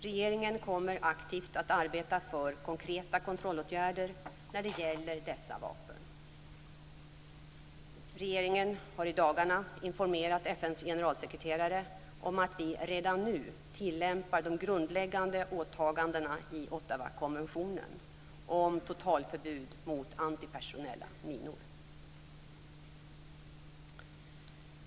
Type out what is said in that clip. Regeringen kommer aktivt att arbeta för konkreta kontrollåtgärder när det gäller dessa vapen. Regeringen har i dagarna informerat FN:s generalsekreterare om att vi redan nu tillämpar de grundläggande åtagandena i Ottawakonventionen om totalförbud mot antipersonella minor.